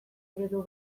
eredu